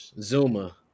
Zuma